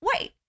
wait